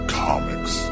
comics